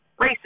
Racist